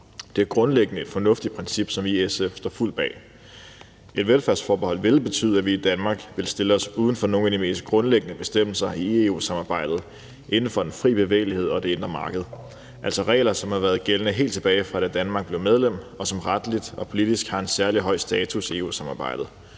Det er grundlæggende et fornuftigt princip, som vi i SF står fuldt ud bag. Et velfærdsforbehold vil betyde, at vi i Danmark vil stille os uden for nogle af de mest grundlæggende bestemmelser i EU-samarbejdet inden for den fri bevægelighed og det indre marked, altså regler, som har været gældende, helt tilbage fra da Danmark blev medlem, og som retligt og politisk har en særlig høj status i EU-samarbejdet.